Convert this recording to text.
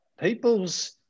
People's